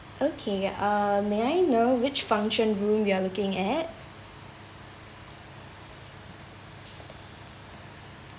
okay uh may I know which function room you are looking at